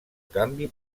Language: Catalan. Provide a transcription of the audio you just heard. canvi